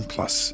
Plus